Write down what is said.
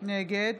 נגד